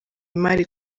imari